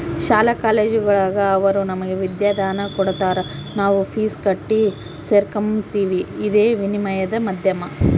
ಶಾಲಾ ಕಾಲೇಜುಗುಳಾಗ ಅವರು ನಮಗೆ ವಿದ್ಯಾದಾನ ಕೊಡತಾರ ನಾವು ಫೀಸ್ ಕಟ್ಟಿ ಸೇರಕಂಬ್ತೀವಿ ಇದೇ ವಿನಿಮಯದ ಮಾಧ್ಯಮ